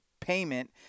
payment